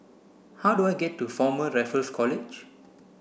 how do I get to Former Raffles College